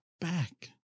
back